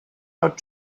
out